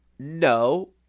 No